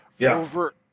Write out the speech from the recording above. over